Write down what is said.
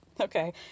Okay